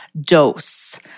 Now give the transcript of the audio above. dose